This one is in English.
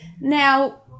Now